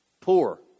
Poor